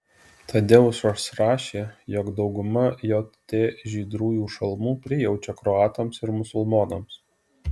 tadeušas rašė jog dauguma jt žydrųjų šalmų prijaučia kroatams ir musulmonams